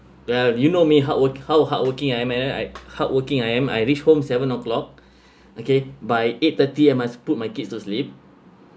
ya do you know me hard work how hardworking I am I'm like hardworking I am I reach home seven o'clock okay by eight thirty I must put my kids to sleep